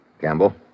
Campbell